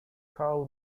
karl